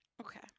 Okay